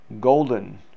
golden